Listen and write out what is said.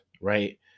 right